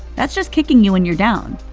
that's just kicking you when you're down.